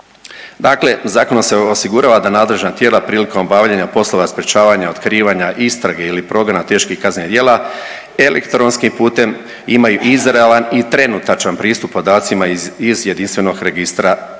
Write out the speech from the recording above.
Dakle u Zakonu se osigurava da nadležna tijela prilikom obavljanja poslova sprječavanja, otkrivanja istrage ili progona teških kaznenih djela elektronskim putem imaju izravan i trenutačan pristup podacima iz Jedinstvenog registra računa.